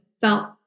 felt